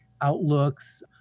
outlooks